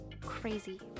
Crazy